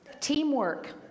teamwork